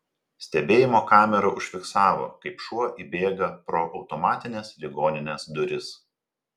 stebėjimo kamera užfiksavo kaip šuo įbėga pro automatines ligoninės duris